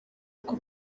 ako